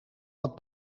wat